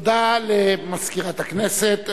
רוברט אילטוב,